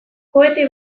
kohete